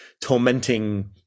tormenting